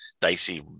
dicey